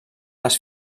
les